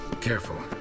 Careful